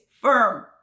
firm